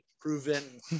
Proven